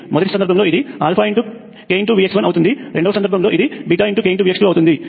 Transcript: మొదటి సందర్భంలో ఇది kVx1అవుతుంది రెండవ సందర్భంలో ఇది kVx2 అవుతుంది